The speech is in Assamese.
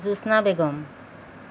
জোস্না বেগম